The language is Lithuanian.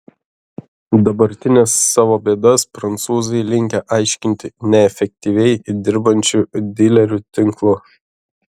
dabartines savo bėdas prancūzai linkę aiškinti neefektyviai dirbančiu dilerių tinklu